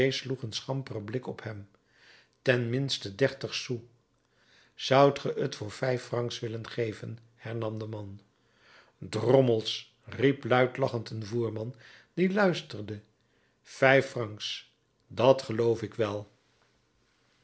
schamperen blik op hem ten minste dertig sous zoudt ge het voor vijf francs willen geven hernam de man drommels riep luid lachend een voerman die luisterde vijf francs dat geloof ik wel